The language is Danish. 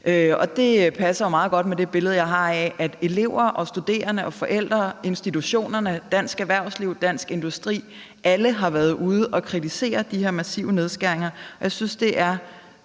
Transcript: Og det passer jo meget godt med det billede, jeg har af det, nemlig at elever, studerende, forældre, institutioner, dansk erhvervsliv, Dansk Industri, alle har været ude og kritisere de her massive nedskæringer, og jeg synes, at det er